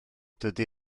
dydy